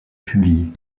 publiée